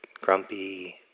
grumpy